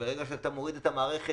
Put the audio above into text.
שברגע שאתה מוריד את המערכת,